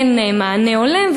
אין מענה הולם,